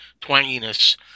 twanginess